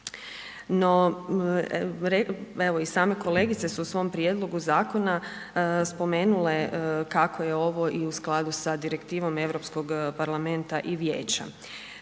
No, evo i same kolegice su u svom prijedlogu zakona spomenule kako je ovo i u skladu sa direktivom Europskog parlamenta i Vijeća.